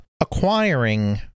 acquiring